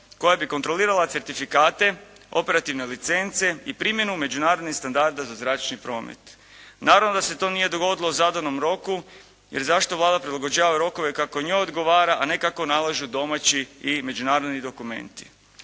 koja bi kontrolirala certifikate, operativne licence i primjenu međunarodnih standarda za zračni promet. Naravno da se to nije dogodilo u zadanom roku jer zašto Vlada prilagođava rokove kako njoj odgovara a ne kako nalažu domaći i međunarodni dokumenti.